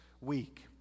week